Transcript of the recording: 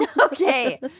okay